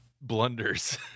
blunders